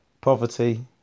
poverty